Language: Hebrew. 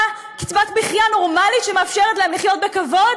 מחיה נורמלית שמאפשרת להם לחיות בכבוד?